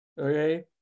okay